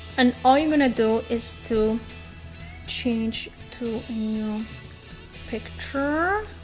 and all you're going to do is to change to new picture.